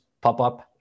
pop-up